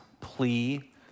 plea